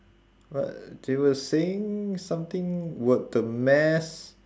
what they were saying something about the mass